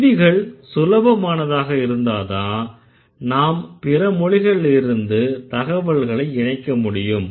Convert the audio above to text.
விதிகள் சுலபமானதாக இருந்தால்தான் நாம் பிற மொழிகள்ல இருந்து தகவல்களை இணைக்க முடியும்